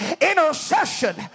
intercession